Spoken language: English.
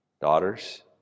daughters